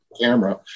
camera